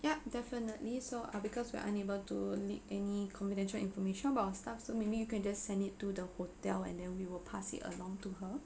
yup definitely so uh because we are unable to leak any confidential information about our staff so maybe you can just send it to the hotel and then we will pass it along to her